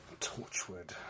Torchwood